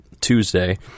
Tuesday